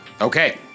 Okay